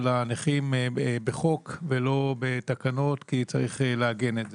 הנכים בחוק ולא בתקנות כי צריך לעגן את זה.